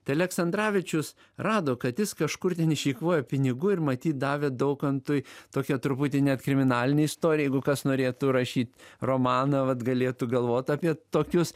tai aleksandravičius rado kad jis kažkur ten išeikvojo pinigų ir matyt davė daukantui tokią truputį net kriminalinę istoriją jeigu kas norėtų rašyt romaną vat galėtų galvot apie tokius